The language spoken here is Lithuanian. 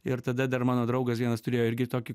ir tada dar mano draugas vienas turėjo irgi tokį